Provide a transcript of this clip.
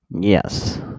Yes